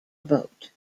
vote